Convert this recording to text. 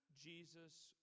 Jesus